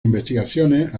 investigaciones